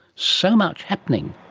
so much happening.